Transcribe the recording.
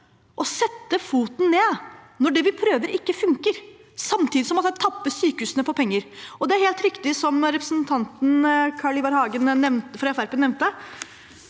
å sette foten ned når det vi prøver, ikke funker, samtidig som det tapper sykehusene for penger. Det er helt riktig som representanten Carl Ivar Hagen fra